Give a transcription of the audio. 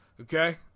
Okay